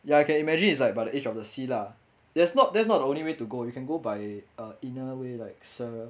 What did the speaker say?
ya I can imagine it's like by the edge of the sea lah yes not that's not the only way to go you can go by a inner way like ser~